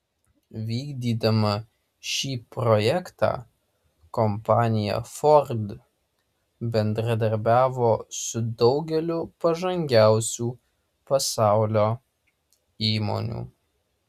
vykdydama šį projektą kompanija ford bendradarbiavo su daugeliu pažangiausių pasaulio įmonių